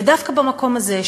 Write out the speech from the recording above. ודווקא במקום הזה,